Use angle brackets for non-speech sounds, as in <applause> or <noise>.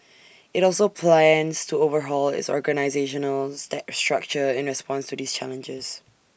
IT also plans to overhaul its organisational <unintelligible> structure in response to these challenges